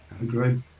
Agreed